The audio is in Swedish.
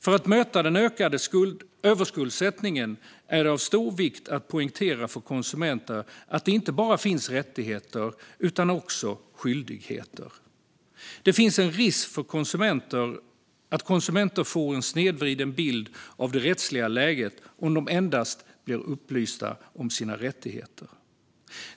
För att möta den ökade överskuldsättningen är det av stor vikt att poängtera för konsumenter att det inte bara finns rättigheter utan också skyldigheter. Det finns en risk för att konsumenter får en snedvriden bild av det rättsliga läget om de endast blir upplysta om sina rättigheter.